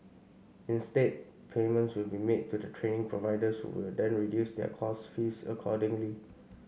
instead payments will be made to the training providers who will then reduce their course fees accordingly